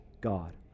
God